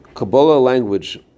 language